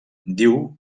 diu